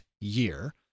year